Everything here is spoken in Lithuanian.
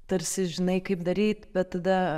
tarsi žinai kaip daryt bet tada